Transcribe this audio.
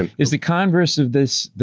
and is the converse of this,